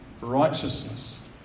Righteousness